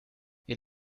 ihr